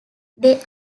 they